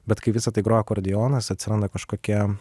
bet kai visa tai groja akordeonas atsiranda kažkokia